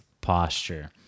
Posture